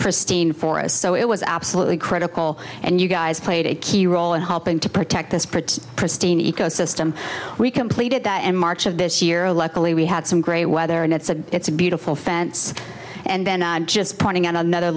pristine forests so it was absolutely critical and you guys played a key role in helping to protect this part pristine ecosystem we completed that in march of this year luckily we had some great weather and it's a it's a beautiful fence and then just pointing out another